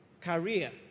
career